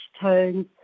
tones